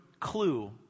clue